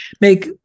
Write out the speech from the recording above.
make